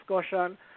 discussion